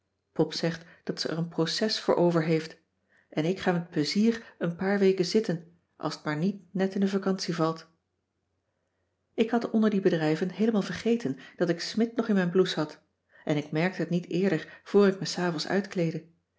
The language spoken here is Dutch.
pop zegt dat ze er een proces voor over heeft en ik ga met plezier een paar weken zitten als t maar niet net in de vacantie valt ik had onder die bedrijven heelemaal vergeten dat ik smidt nog in mijn blouse had en ik merkte het niet eerder voor ik me s avonds